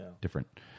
Different